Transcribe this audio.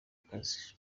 akazi